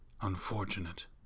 unfortunate